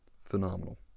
Phenomenal